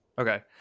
Okay